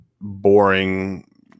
boring